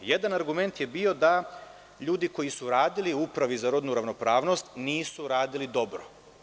Jedan argument je bio da ljudi koji su radili u Upravi za rodnu ravnopravnost nisu radili dobro.